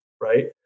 right